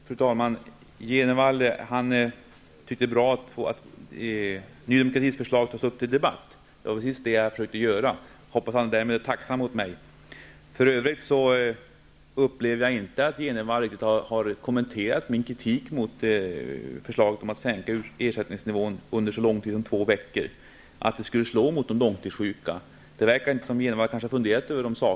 Fru talman! Jenevall tyckte att det är bra att Ny demokratis förslag tas upp till debatt. Det var precis vad jag försökte göra. Jag hoppas att han därmed är tacksam mot mig. För övrigt upplever jag inte att Jenevall har kommenterat min kritik mot förslaget att sänka ersättningsnivån under så lång tid som två veckor. Det skulle slå mot de långtidssjuka. Det verkar inte som om Jenevall har funderat över det.